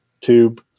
tube